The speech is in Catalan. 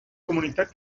comunitat